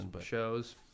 shows